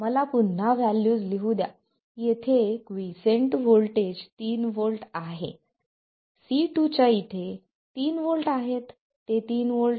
मला पुन्हा व्हॅल्यूज लिहू द्या येथे क्वीसेंट व्होल्टेज 3 व्होल्ट आहे C2 च्या इथे 3 व्होल्ट आहेत ते 3 व्होल्ट आहेत